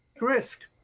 risk